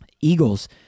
Eagles